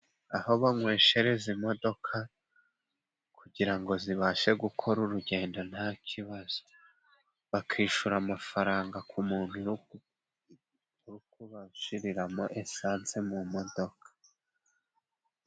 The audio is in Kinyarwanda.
Aho banyweshereza imodoka, kugira ngo zibashe gukora urugendo nta kibazo, bakishura amafaranga ku muntu uri kubanshiriramo esense mu modoka.